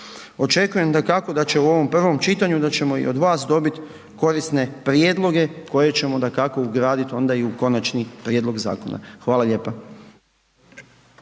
Očekujem, dakako, da će u ovom prvom čitanju, da ćemo i od vas dobiti korisne prijedloge koje ćemo, dakako ugraditi onda i u konačni prijedlog zakona. Hvala lijepa.